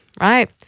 right